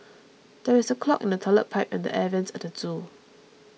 there is a clog in the Toilet Pipe and the Air Vents at the zoo